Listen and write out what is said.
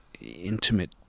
intimate